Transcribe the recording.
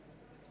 הרמטכ"ל לשעבר,